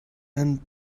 and